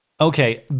Okay